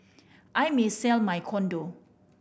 I may sell my condo